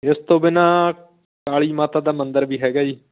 ਇਸ ਤੋਂ ਬਿਨਾਂ ਕਾਲੀ ਮਾਤਾ ਦਾ ਮੰਦਰ ਵੀ ਹੈਗਾ ਜੀ